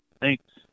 Thanks